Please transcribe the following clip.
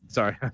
Sorry